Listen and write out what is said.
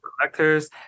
collectors